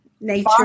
nature